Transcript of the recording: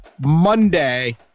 Monday